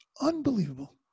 Unbelievable